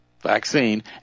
vaccine